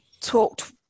talked